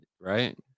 Right